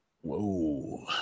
Whoa